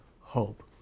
hope